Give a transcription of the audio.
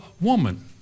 woman